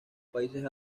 países